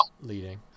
leading